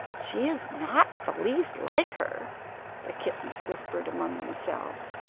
she is not the least like her the kittens whispered among themselves.